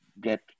get